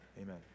Amen